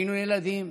היינו ילדים.